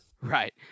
right